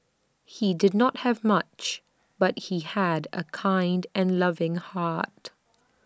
he did not have much but he had A kind and loving heart